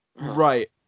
Right